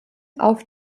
auf